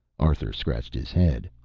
arthur scratched his head.